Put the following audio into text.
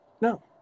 No